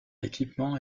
équipement